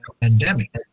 pandemic